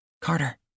Carter